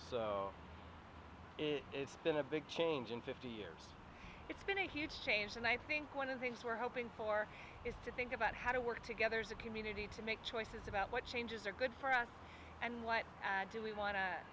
so it's been a big change in fifty years it's been a huge change and i think one of the things we're hoping for is to think about how to work together as a community to make choices about what changes are good for us and what do we want to